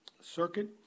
circuit